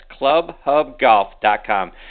clubhubgolf.com